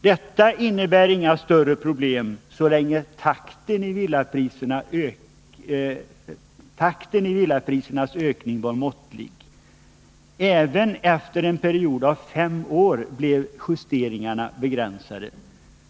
Detta innebar inga större problem så länge takten villaprisernas ökning var måttlig; även efter en period av fem år blev justeringarna begränsade.